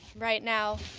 right now